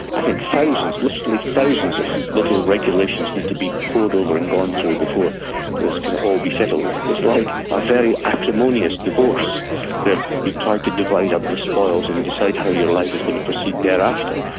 i think, thousands literally thousands of little regulations need to be pored over and gone through before this can all be settled. it's like a very acrimonious divorce, where you try to divide up the spoils and decide how your life is going to proceed thereafter.